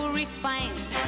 refined